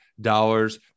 dollars